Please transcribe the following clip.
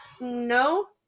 No